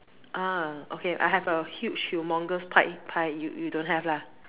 ah okay I have a huge humongous pie pie you don't have lah